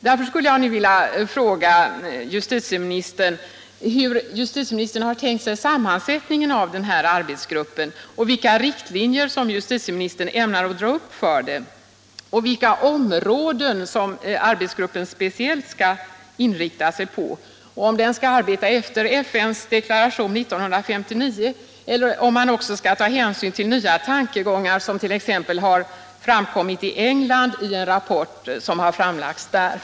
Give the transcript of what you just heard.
Nu skulle jag vilja fråga justitieministern hur han har tänkt sig sammansättningen av denna arbetsgrupp, vilka riktlinjer justitieministern ämnar dra upp för den och vilka områden som arbetsgruppen speciellt skall inrikta sig på — om den skall arbeta efter FN:s deklaration 1959 eller om man också skall ta hänsyn till nya tankegångar som t.ex. har framkommit i en rapport som framlagts i England.